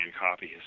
copies